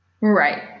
Right